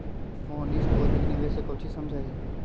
मोहनीश तू अधिक निवेश से काउची समझा ही?